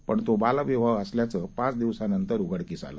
पण तो बालविवाह असल्याचं पाच दिवसा नंतर उघडकीस आलं